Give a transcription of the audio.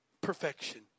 perfection